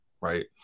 right